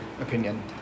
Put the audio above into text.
opinion